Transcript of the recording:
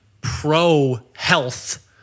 pro-health